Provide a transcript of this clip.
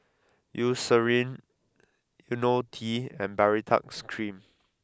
Eucerin Ionil T and Baritex Cream